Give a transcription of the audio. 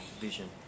vision